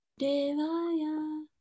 Devaya